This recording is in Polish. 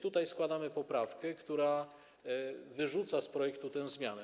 Tutaj składamy poprawkę, która wyrzuca z projektu tę zmianę.